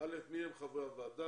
מי הם חברי הוועדה,